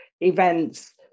events